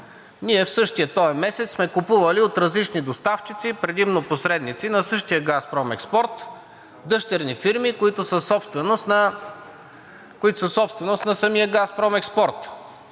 ние в същия този месец сме купували от различни доставчици, предимно посредници на същия „Газпром Експорт“ – дъщерни фирми, които са собственост на самия „Газпром Експорт“.